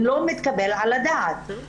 לא מתקבל על הדעת מה שקורה.